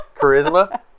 charisma